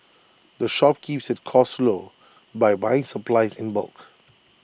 the shop keeps its costs low by buying supplies in bulk